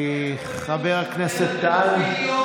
חבר הכנסת טל,